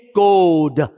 gold